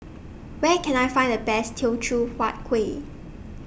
Where Can I Find The Best Teochew Huat Kuih